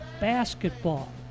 basketball